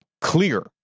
clear